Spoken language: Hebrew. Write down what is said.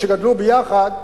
שגדלו אתנו ביחד,